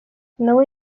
nawe